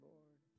Lord